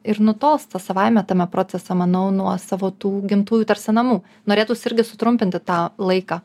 ir nutolsta savaime tame procese manau nuo savo tų gimtųjų tarsi namų norėtųs irgi sutrumpinti tą laiką